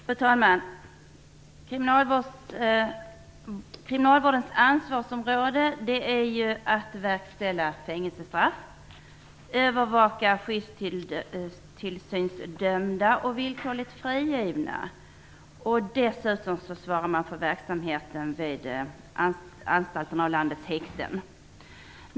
Fru talman! Kriminalvårdens ansvarsområde är att verkställa fängelsestraff och att övervaka skyddstillsynsdömda och villkorligt frigivna. Dessutom svarar man för verksamheten vid landets anstalter och häkten.